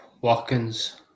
Watkins